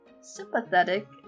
sympathetic